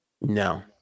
No